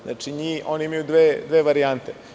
Znači, oni imaju dve varijante.